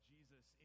Jesus